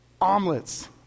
Omelets